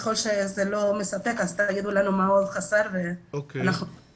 ככל שזה לא מספק תגידו לנו מה חסר ונשלים.